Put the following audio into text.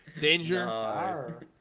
danger